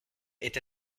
est